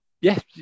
yes